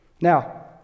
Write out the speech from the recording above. Now